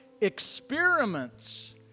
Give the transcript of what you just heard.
Experiments